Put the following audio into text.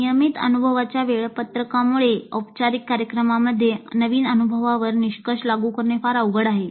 नियमित अनुभवाच्या वेळापत्रकांमुळे औपचारिक कार्यक्रमांमध्ये नवीन अनुभवावर निष्कर्ष लागू करणे फार अवघड आहे